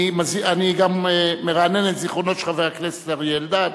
אני גם מרענן את זיכרונו של חבר הכנסת אלדד